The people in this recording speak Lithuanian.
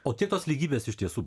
o kiek tos lygybės iš tiesų